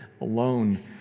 alone